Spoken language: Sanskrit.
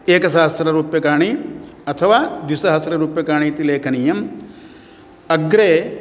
एकसहस्ररूप्यकाणि अथवा द्विसहस्ररूप्यकाणि इति लेखनीयम् अग्रे